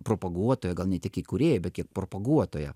propaguotoja gal ne tik įkūrėja bet kiek propaguotoja